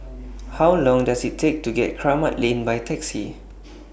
How Long Does IT Take to get to Kramat Lane By Taxi